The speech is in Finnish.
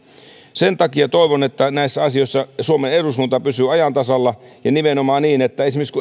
sen takia toivon että näissä asioissa suomen eduskunta pysyy ajan tasalla ja nimenomaan niin että kun esimerkiksi